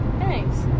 Thanks